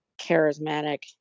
charismatic